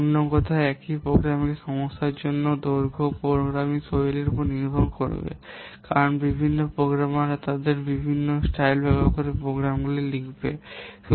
অন্য কথায় একই প্রোগ্রামিং সমস্যার জন্য দৈর্ঘ্য প্রোগ্রামিং শৈলীর উপর নির্ভর করবে কারণ বিভিন্ন প্রোগ্রামাররা তারা বিভিন্ন স্টাইল ব্যবহার করে প্রোগ্রামগুলি লিখে রাখবে